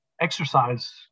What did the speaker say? exercise